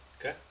Okay